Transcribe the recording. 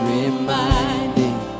reminding